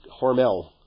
hormel